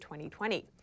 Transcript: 2020